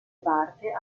parte